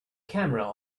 camera